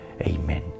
Amen